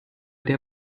der